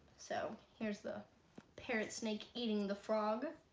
so here's the parent snake eating the frog